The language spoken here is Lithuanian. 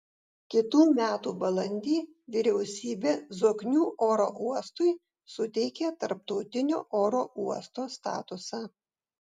kitų metų balandį vyriausybė zoknių oro uostui suteikė tarptautinio oro uosto statusą